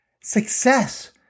Success